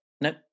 Nope